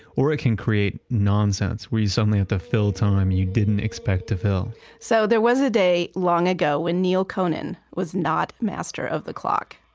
or it can create nonsense, where you suddenly at the fill time you didn't expect to fill so there was a day long ago when neal conan was not master of the clock.